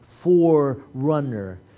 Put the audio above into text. forerunner